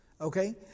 Okay